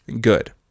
good